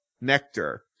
nectar